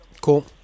Cool